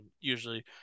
usually